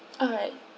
alright